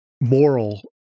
moral